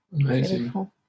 Amazing